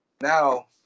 Now